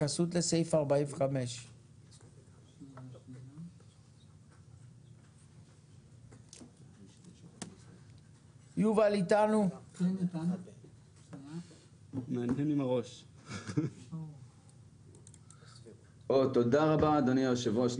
התייחסות לסעיף 45. תודה רבה אדוני היושב ראש.